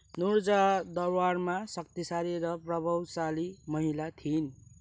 नुरजहाँ दरबारमा शक्तिशाली र प्रभावशाली महिला थिइन्